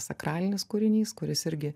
sakralinis kūrinys kuris irgi